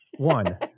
One